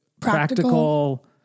practical